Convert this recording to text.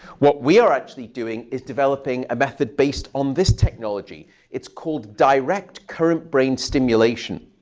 what we are actually doing is developing a method based on this technology. it's called direct-current brain stimulation.